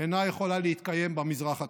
אינה יכולה להתקיים במזרח התיכון.